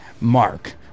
Mark